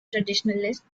traditionalists